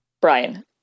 Brian